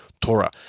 Torah